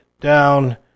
down